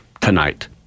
tonight